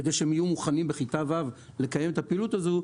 כדי שהם יהיו מוכנים לקיים את הפעילות הזאת בכיתה ו'.